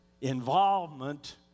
involvement